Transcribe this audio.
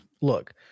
look